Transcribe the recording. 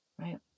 Right